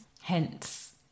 Hence